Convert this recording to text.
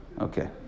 Okay